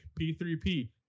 P3P